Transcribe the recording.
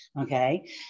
okay